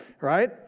Right